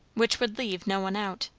which would leave no one out.